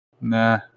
nah